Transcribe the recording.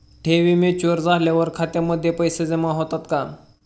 ठेवी मॅच्युअर झाल्यावर खात्यामध्ये पैसे जमा होतात का?